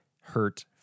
hurt